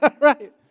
Right